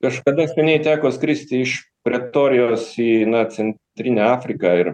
kažkada seniai teko skristi iš pretorijos į na centrinę afriką ir